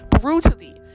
brutally